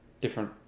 different